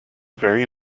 very